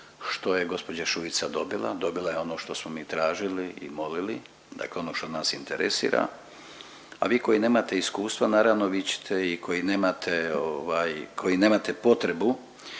što je gđa. Šuica dobila, dobila je ono smo mi tražili i molili, dakle ono što nas interesira, a vi koji nemate iskustva naravno vi ćete i koji nemate ovaj,